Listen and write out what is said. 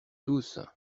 tous